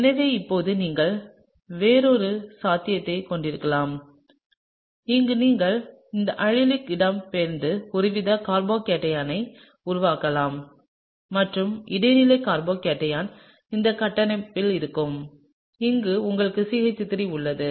எனவே இப்போது நீங்கள் வேறொரு சாத்தியத்தைக் கொண்டிருக்கலாம் அங்கு நீங்கள் இந்த அல்லிக் இடம்பெயர்ந்து ஒருவித கார்போகேட்டையான் உருவாக்கலாம் மற்றும் இடைநிலை கார்போகேட்டையான் இந்த கட்டமைப்பில் இருக்கும் இங்கு உங்களுக்கு CH3 உள்ளது